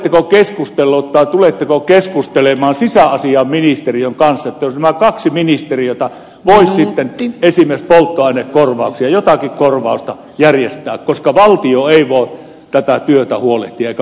oletteko keskustellut tai tuletteko keskustelemaan sisäasiainministeriön kanssa jos nämä kaksi ministeriötä voisivat sitten esimerkiksi polttoainekorvauksia jotakin korvausta järjestää koska valtio ei voi eikä valtion toimesta voi tästä työstä huolehtia